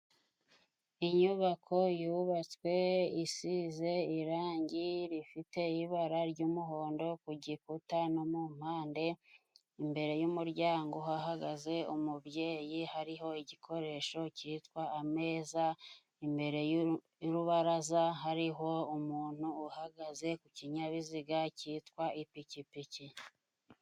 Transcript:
Inyubako yubatswe isize irangi rifite ibara ry'umuhondo ku gikuta no mu mpande, imbere y'umuryango hahagaze umubyeyi, hariho igikoresho cyitwa ameza, imbere y'urubaraza hariho umuntu uhagaze ku kinyabiziga cyitwa ipikipiki.